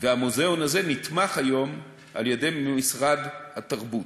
והמוזיאון הזה נתמך היום על-ידי משרד התרבות,